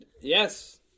Yes